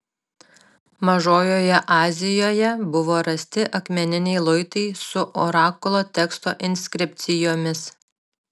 mažojoje azijoje buvo rasti akmeniniai luitai su orakulo teksto inskripcijomis